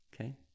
okay